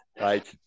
Right